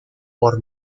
por